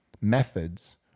methods